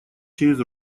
через